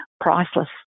priceless